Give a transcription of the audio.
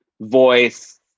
voice